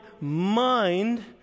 mind